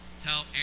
tell